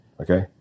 okay